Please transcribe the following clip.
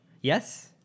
Yes